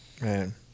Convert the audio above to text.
man